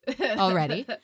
already